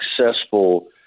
successful